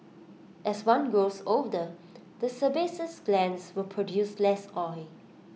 as one grows older the sebaceous glands will produce less oil